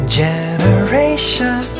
generation